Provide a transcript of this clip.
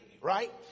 right